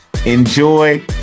enjoy